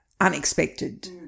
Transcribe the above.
unexpected